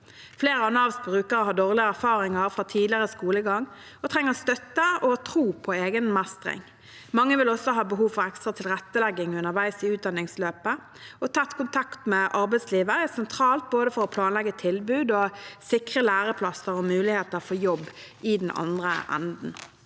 Flere av Navs brukere har dårlige erfaringer fra tidligere skolegang og trenger støtte og tro på egen mestring. Mange vil også ha behov for ekstra tilrettelegging underveis i utdanningsløpet, og tett kontakt med arbeidslivet er sentralt både for å planlegge tilbud og for å sikre læreplasser og muligheter for jobb i den andre enden.